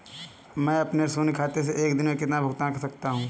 मैं अपने शून्य खाते से एक दिन में कितना भुगतान कर सकता हूँ?